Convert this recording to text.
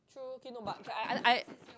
no K no but K I I